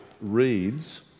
reads